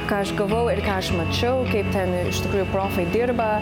ką aš gavau ir ką aš mačiau kaip ten iš tikrųjų profai dirba